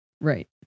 Right